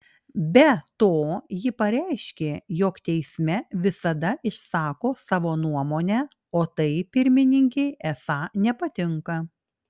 be to ji pareiškė jog teisme visada išsako savo nuomonę o tai pirmininkei esą nepatinka